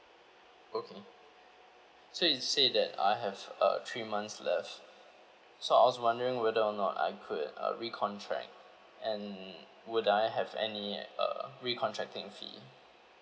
okay so you said that I have uh three months left so I was wondering whether or not I could uh recontract and would I have any uh recontracting fee